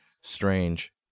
strange